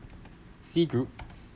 C group